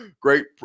great